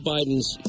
Biden's